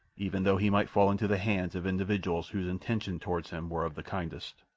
even though he might fall into the hands of individuals whose intentions toward him were of the kindest.